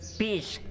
peace